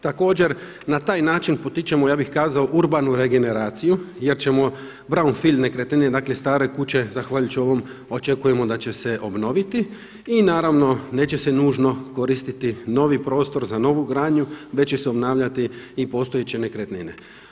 Također na taj način potičemo, ja bih kazao urbanu regeneraciju jer ćemo brownfield nekretnine, dakle stare kuće, zahvaljujući ovom, očekujemo da će se obnoviti i naravno neće se nužno koristiti novi prostor za novu gradnju već će se obnavljati i postojeće nekretnine.